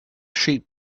sheep